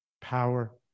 power